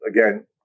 again